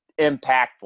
impactful